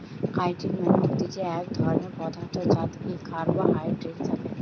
chitin মানে হতিছে এক ধরণের পদার্থ যাতে কার্বোহাইড্রেট থাকে